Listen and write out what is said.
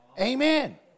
Amen